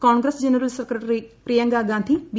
Congress general secretary Priyanka ഗ്രീസ്ഡി B